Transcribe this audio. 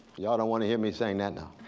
y'all don't want to hear me sing that